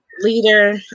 leader